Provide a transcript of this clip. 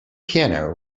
piano